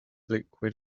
liquid